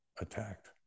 attacked